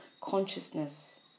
consciousness